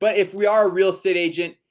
but if we are a real estate agent,